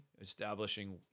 establishing